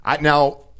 Now